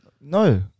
No